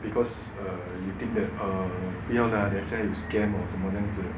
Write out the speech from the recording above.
because uh you think that uh you know lah 等一下有 scam 什么这样子